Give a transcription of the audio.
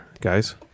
guys